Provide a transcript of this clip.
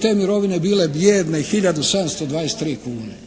te mirovine bile bijedne i hiljadu 723 kune.